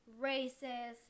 racist